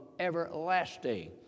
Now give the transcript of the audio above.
Everlasting